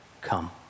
Come